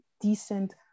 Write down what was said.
decent